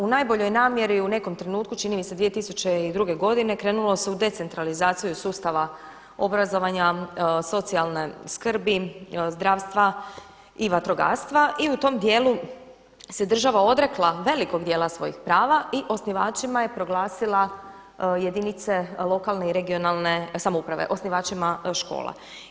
U najboljoj namjeri u nekom trenutku čini mi se 2002. godine krenulo se u decentralizaciju sustava obrazovanja socijalne skrbi, zdravstva i vatrogastva i u tom dijelu se država odrekla velikog dijela svojih prava i osnivačima je proglasila jedinice lokalne i regionalne samouprave, osnivačima škola.